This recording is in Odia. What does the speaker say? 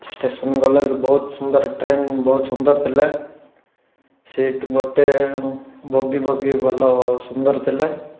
ଷ୍ଟେସନ୍ ଗଲେ ବହୁତ ସୁନ୍ଦର ଟ୍ରେନ୍ ବହୁତ ସୁନ୍ଦର ଥିଲା ସିଟ୍ ଗୋଟେ ବଗି ବଗି ଭଲ ସୁନ୍ଦର ଥିଲା